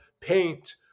paint